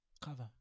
cover